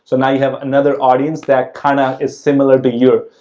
so, now you have another audience that kind of is similar to yours.